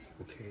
okay